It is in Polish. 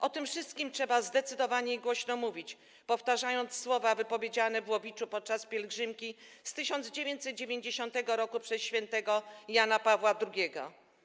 O tym wszystkim trzeba zdecydowanie i głośno mówić, powtarzając słowa wypowiedziane w Łowiczu podczas pielgrzymki z 1990 r. przez św. Jana Pawła II: